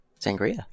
Sangria